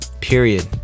period